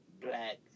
black